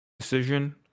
decision